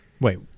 Wait